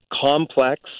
complex